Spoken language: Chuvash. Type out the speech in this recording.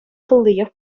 туллиех